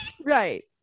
right